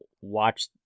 watch